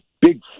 big